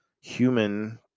human